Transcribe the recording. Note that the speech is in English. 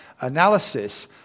analysis